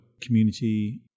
community